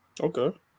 Okay